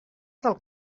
del